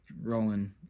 Rolling